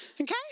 okay